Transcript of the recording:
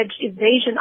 evasion